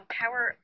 power